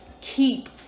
keep